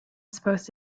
supposed